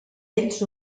ells